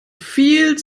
viel